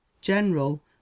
General